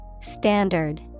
Standard